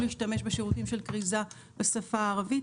להשתמש בשירותים של כריזה בשפה הערבית.